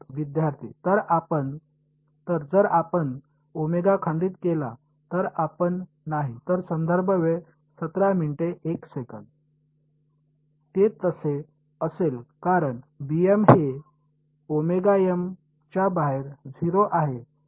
विद्यार्थी तर जर आपण खंडित केला तर आपण नाही तर ते तसे असेल कारण हे च्याबाहेर 0 आहे याला ओमेगा म्हणायला काही फरक पडत नाही